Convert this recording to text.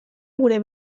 gure